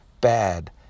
bad